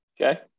Okay